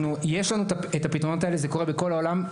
יש לנו את הפתרונות האלה, זה קורה בכל העולם.